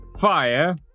Fire